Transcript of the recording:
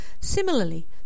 Similarly